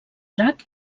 drac